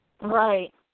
right